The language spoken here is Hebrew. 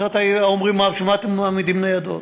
אחרת היו אומרים, בשביל מה אתם מעמידים ניידות?